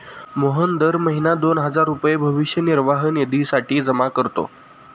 मोहन दर महीना दोन हजार रुपये भविष्य निर्वाह निधीसाठी जमा करतो